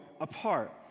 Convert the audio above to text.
apart